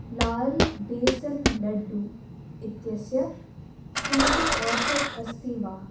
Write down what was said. लाल् बेसन् लड्डू इत्यस्य किमपि आफर् अस्ति वा